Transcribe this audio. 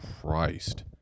Christ